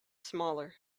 smaller